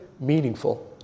meaningful